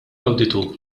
awditur